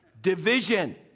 Division